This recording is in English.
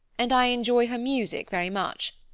and i enjoy her music very much.